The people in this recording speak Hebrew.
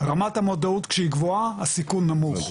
רמת המודעות שהיא גבוהה, סיכון נמוך.